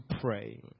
pray